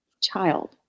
child